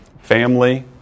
family